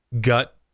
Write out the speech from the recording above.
gut